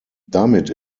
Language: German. damit